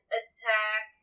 attack